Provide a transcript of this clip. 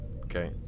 Okay